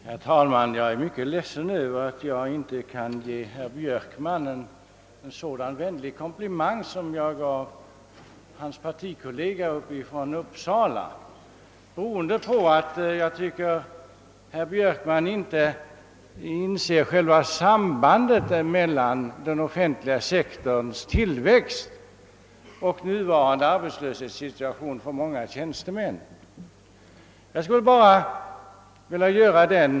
Herr talman! Jag är mycket ledsen över att jag inte kan ge herr Björkman en sådan vänlig komplimang som jag lämnade hans partikollega från Uppsala, beroende på att jag tycker att herr Björkman inte inser sambandet mellan den offentliga sektorns tillväxt och den nuvarande arbetslöshetssituationen för många tjänstemän.